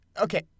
Okay